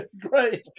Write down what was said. Great